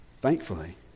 thankfully